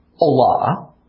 Allah